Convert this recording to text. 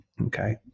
okay